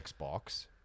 xbox